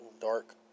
dark